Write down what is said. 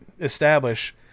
establish